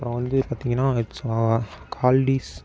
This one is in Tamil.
அப்புறம் வந்து பார்த்திங்கனா